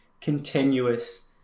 continuous